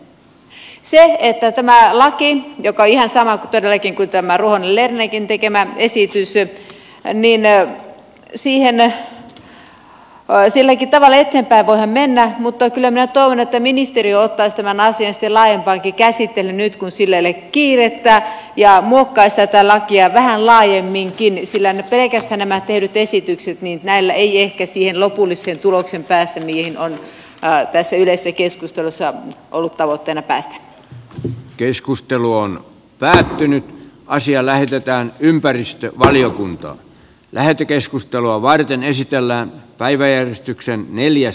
tämä laki on ihan sama todellakin kuin tämä ruohonen lernerinkin tekemä esitys ja silläkin tavalla eteenpäin voidaan mennä mutta kyllä minä toivon että ministeriö ottaisi tämän asian sitten laajempaankin käsittelyyn nyt kun sillä ei ole kiirettä ja muokkaisi tätä lakia vähän laajemminkin sillä pelkästään näillä tehdyillä esityksillä ei ehkä siihen lopulliseen tulokseen päästä mihin on tässä yleisessä keskustelussa ollut tavoitteena päästä keskustelu on päättynyt ja asia lähetetään ympäristövaliokuntaan lähetekeskustelua varten esitellään päiväjärjestyksen neljäs